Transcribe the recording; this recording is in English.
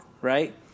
right